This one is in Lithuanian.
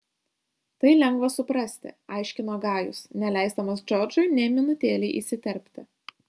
tai lengva suprasti aiškino gajus neleisdamas džordžui nė minutėlei įsiterpti